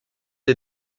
est